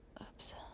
Oops